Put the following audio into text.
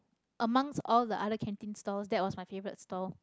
amongst all the other canteen stalls that was my favourite stall